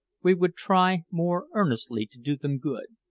we would try more earnestly to do them good,